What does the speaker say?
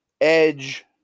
Edge